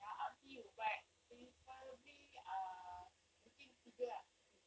ah up to you but preferably uh mungkin tiga ah three